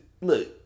Look